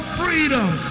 freedom